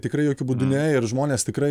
tikrai jokiu būdu ne ir žmonės tikrai